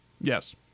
Yes